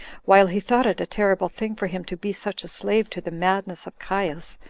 while he thought it a terrible thing for him to be such a slave to the madness of caius,